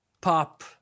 pop